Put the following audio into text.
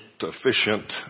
efficient